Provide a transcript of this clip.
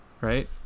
right